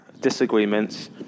disagreements